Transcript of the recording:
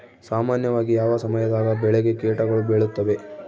ಸಾಮಾನ್ಯವಾಗಿ ಯಾವ ಸಮಯದಾಗ ಬೆಳೆಗೆ ಕೇಟಗಳು ಬೇಳುತ್ತವೆ?